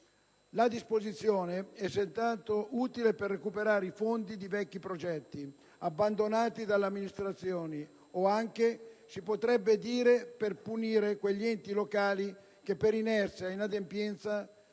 La disposizione è senz'altro utile per recuperare i fondi di vecchi progetti abbandonati dalle amministrazioni o anche, si potrebbe dire, per «punire» quegli enti locali che, per inerzia e inadempienza,